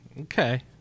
okay